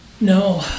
No